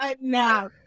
Now